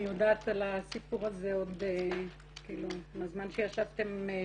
אני יודעת על הסיפור הזה עוד מהזמן שישבתם שבעה.